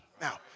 Now